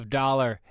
dollar